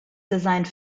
designed